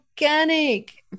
Organic